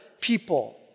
people